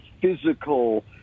physical